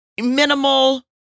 minimal